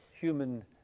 human